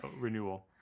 renewal